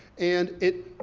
and it,